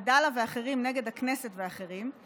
עדאלה ואחרים נגד הכנסת ואחרים,